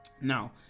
now